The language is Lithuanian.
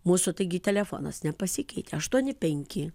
mūsų taigi telefonas nepasikeitė aštuoni penki